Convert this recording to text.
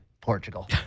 Portugal